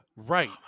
Right